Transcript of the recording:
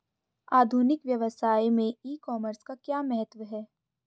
आधुनिक व्यवसाय में ई कॉमर्स का क्या महत्व है?